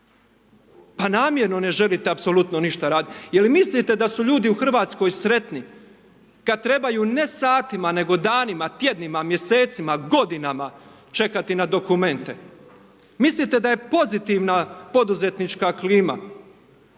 pa namjerno ne želite apsolutno ništa raditi. Jel mislite da su ljudi u Hrvatskoj sretni, kada trebaju ne satima, nego danima, tjednima, mjesecima, godinama, čekati na dokumente. Mislite da je pozitivna poduzetnička klima?